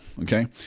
okay